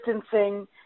distancing